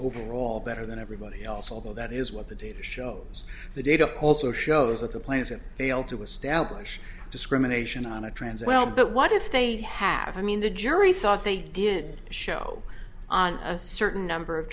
overall better than everybody else although that is what the data shows the data also shows that the plane is in fail to establish discrimination on a trans well but what if they have i mean the jury thought they did show on a certain number of